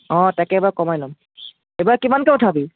অঁ তাকে এইবাৰ কমাই ল'ম এইবাৰ কিমানকৈ উঠাবি